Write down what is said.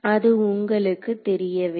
அது உங்களுக்கு தெரிய வேண்டும்